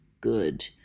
good